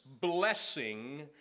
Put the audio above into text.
blessing